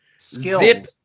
Zip